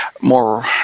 more